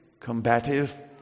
combative